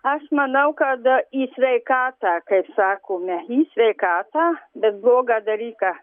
aš manau kad į sveikatą kaip sakome į sveikatą bet blogą dalyką